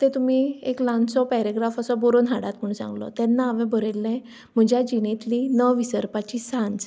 तें तुमी एक ल्हानसो पॅरेग्राफ असो बरोवन हाडात म्हूण सांगलो तेन्ना हांवें बरयल्लें म्हज्या जिणेंतली न विसरपाची सांज